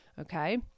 Okay